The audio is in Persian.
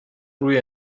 روی